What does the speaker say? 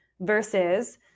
versus